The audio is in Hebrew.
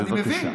בבקשה.